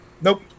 Nope